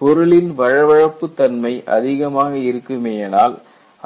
பொருளின் வழவழப்புத் தன்மை அதிகமாக இருக்குமேயானால்